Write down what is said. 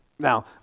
Now